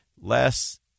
less